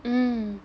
mm